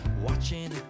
watching